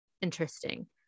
interesting